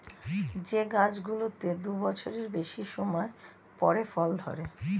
যে গাছগুলোতে দু বছরের বেশি সময় পরে ফল ধরে